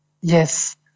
Yes